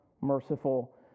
merciful